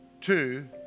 two